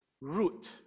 root